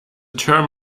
term